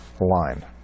line